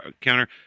counter